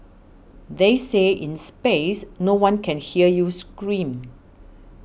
they say in space no one can hear you scream